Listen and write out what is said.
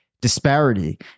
disparity